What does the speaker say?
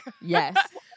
Yes